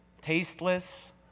tasteless